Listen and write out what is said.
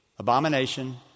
abomination